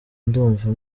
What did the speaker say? ndumva